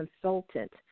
Consultant